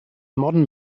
modern